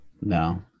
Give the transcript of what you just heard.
No